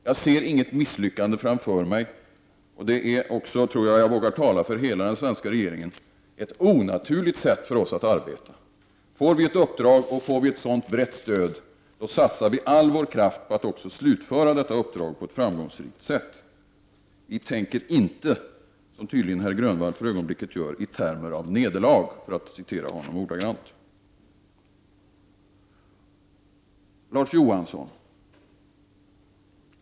Jag ser inget misslyckande framför mig, och det vore också — jag tror att jag vågar tala för hela den svenska regeringen — ett onaturligt sätt för oss att arbeta på. Får vi ett uppdrag och får vi ett sådant brett stöd satsar vi all vår kraft på att också slutföra detta uppdrag på ett framgångsrikt sätt. Vi tänker inte, som herr Grönvall tydligen för ögonblicket gör, i termer av nederlag, för att citera honom ordagrant. Larz Johansson!